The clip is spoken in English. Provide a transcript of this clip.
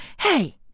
Hey